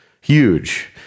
huge